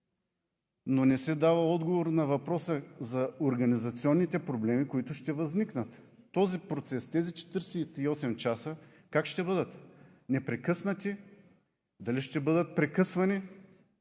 но не се дава отговор на въпроса за организационните проблеми, които ще възникнат. Този процес, тези 48 часа как ще бъдат – непрекъснати, дали ще бъдат прекъсвани,